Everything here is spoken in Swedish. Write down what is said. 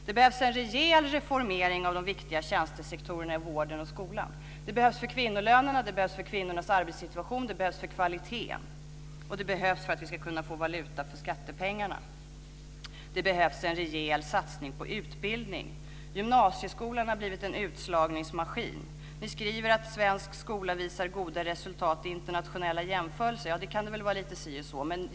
Det behövs en rejäl reformering av de viktiga tjänstesektorerna vården och skolan. Detta behövs för kvinnolönerna och kvinnornas arbetssituation samt för kvaliteten. Det behövs också för att vi ska kunna få valuta för skattepengarna. Det behövs en rejäl satsning på utbildning. Gymnasieskolan har blivit en utslagningsmaskin. Ni skriver att svensk skola visar goda resultat i internationella jämförelser - ja, det kan det nog vara lita si och så med.